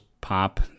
pop